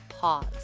Pause